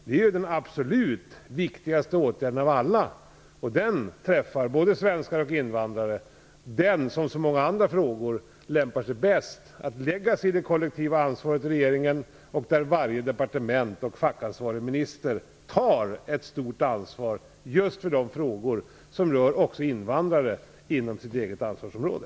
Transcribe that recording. Detta är de absolut viktigaste åtgärderna av alla, vilka träffar båda svenskar och invandrare. I dessa frågor, som i så många andra, är det lämpligast att det kollektiva ansvaret ligger hos regeringen, där varje departement och fackansvarig minister tar ett stort ansvar just för de frågor som rör också invandrare inom respektive ansvarsområde.